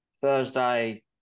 Thursday